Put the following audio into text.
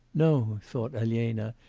no thought elena,